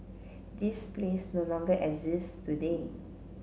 this place no longer exist today